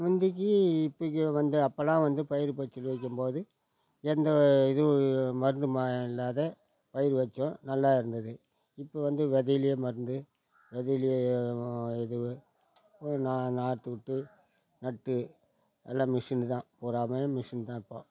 முந்தைக்கி இப்பைக்கும் வந்து அப்போலாம் வந்து பயிர் பச்சடி வெக்கும் போது எந்த இதுவும் மருந்து இல்லாம பயிர் வைச்சோம் நல்லா இருந்தது இப்போது வந்து விதையிலயே மருந்து விதையிலயே இது நாற்று விட்டு நட்டு எல்லாம் மிஸினு தான் பூராவுமே மிஸின் தான் இப்போது